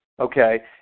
Okay